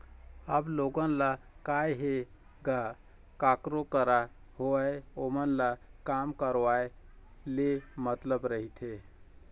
अब लोगन ल काय हे गा कखरो करा होवय ओमन ल काम करवाय ले मतलब रहिथे